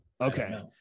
okay